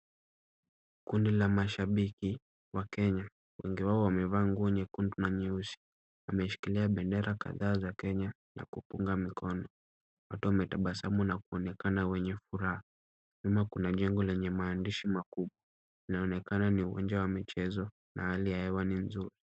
Kundi la mashabiki wa Kenya, wengi wao wamevaa nguo nyekundu na nyeusi wameshikilia bendera kadhaa za Kenya na kupunga mikono. Wote wametabasamu na kuonekana wenye furaha. Nyuma kuna jengo lenye maandishi makubwa. Inaonekana ni uwanja wa michezo na hali ya hewa ni nzuri.